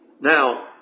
Now